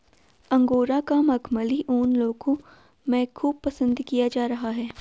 angora का मखमली ऊन लोगों में खूब पसंद किया जा रहा है